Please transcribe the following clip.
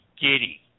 giddy